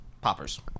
Poppers